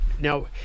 Now